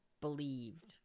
believed